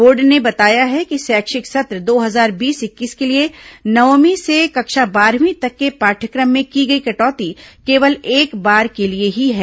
board ने बताया है कि शैक्षिक सत्र दो हजार बीस इक्कीस के लिए नवमीं से कक्षा बारहवीं तक के पाठ्यक्रम में की गई कटौती केवल एक बार के लिए ही है